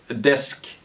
desk